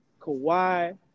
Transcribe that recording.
Kawhi